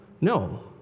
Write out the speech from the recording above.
No